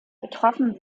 betroffen